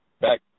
Back